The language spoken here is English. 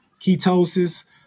ketosis